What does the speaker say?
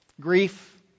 grief